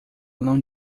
não